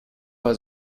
bei